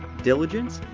diligence,